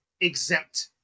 exempt